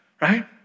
right